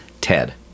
ted